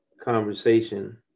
Conversation